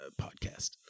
podcast